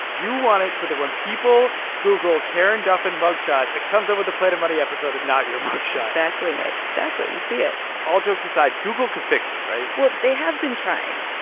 you wanted so that when people google karen duffin mug shot, it comes up with a planet money episode and not your mug shot exactly, nick, exactly. you see it all jokes aside, google can fix this, right? well, they have been trying.